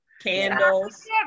candles